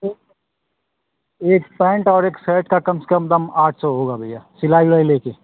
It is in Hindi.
तो एक पैन्ट और एक सर्ट का कम से कम दाम आठ सौ होगा भैया सिलाई उलाई लेके